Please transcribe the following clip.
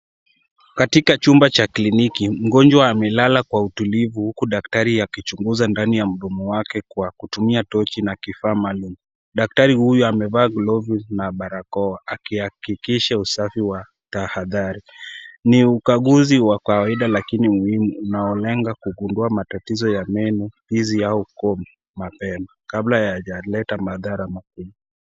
Katika chumba cha kliniki mgonjwa amelala kwa utulivu huku daktari akichunguza ndani ya mdomo wake kwa kutumia tochi na kifaa maalum. Daktari huyu amevaa glovu na barakoa akihakikisha usafi wa tahadhari. Ni ukaguzi wa kawaida lakini muhimu unaolenga kugundua matatizo ya meno hizi au koo mapema kabla hayajaleta madhara mapema.